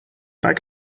bag